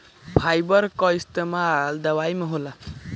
fibre कअ इस्तेमाल दवाई में होला